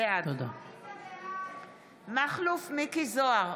בעד מכלוף מיקי זוהר,